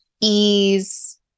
ease